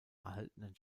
erhaltenen